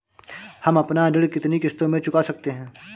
हम अपना ऋण कितनी किश्तों में चुका सकते हैं?